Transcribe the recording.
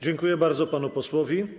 Dziękuję bardzo panu posłowi.